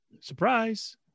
surprise